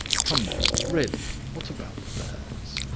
come now. really, what about the birds?